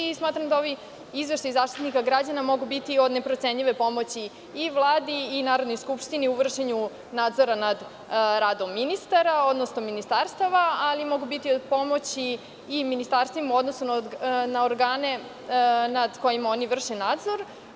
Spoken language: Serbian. Smatram da bi ovaj izveštaj Zaštitnika građana mogao biti od neprocenjive pomoći Vladi i Skupštini u vršenju nadzora nad radom ministara, odnosno ministarstva, ali mogu biti od pomoći i ministarstvima u odnosu na organe nad kojima oni vrše nadzor.